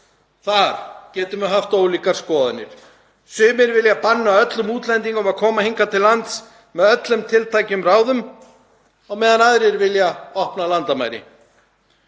Þar getum við haft ólíkar skoðanir. Sumir vilja banna öllum útlendingum að koma hingað til lands með öllum tiltækum ráðum á meðan aðrir vilja opna landamæri.